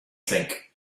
think